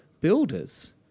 builders